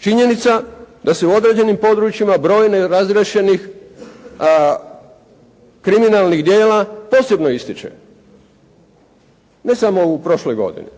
Činjenica da se u određenim područjima broj nerazriješenih kriminalnih djela posebno ističe, ne samo u prošloj godini,